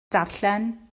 darllen